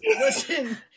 listen